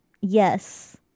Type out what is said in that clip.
Yes